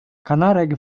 kanarek